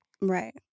Right